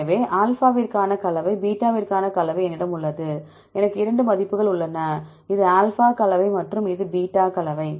எனவே ஆல்பாவிற்கான கலவை பீட்டாவிற்கான கலவை என்னிடம் உள்ளது எனக்கு 2 மதிப்புகள் உள்ளன இது ஆல்பா கலவை மற்றும் இது பீட்டா கலவை